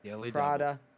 Prada